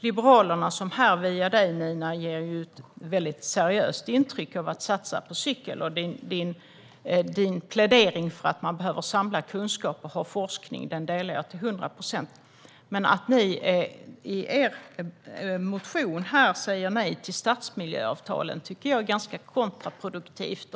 Liberalerna ger här via dig, Nina, ett seriöst intryck av att vilja satsa på cykel, och jag instämmer till hundra procent i din plädering för att man måste samla kunskaper och ha forskning. Man att ni i er motion säger nej till stadsmiljöavtalen tycker jag är kontraproduktivt.